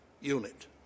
unit